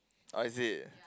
oh is it